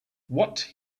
what